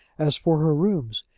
as for her rooms,